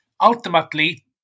ultimately